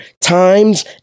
times